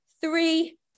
three